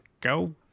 go